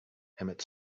emmett